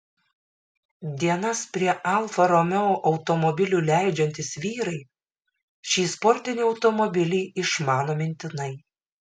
dienas prie alfa romeo automobilių leidžiantys vyrai šį sportinį automobilį išmano mintinai